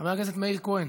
חבר הכנסת מאיר כהן,